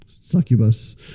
succubus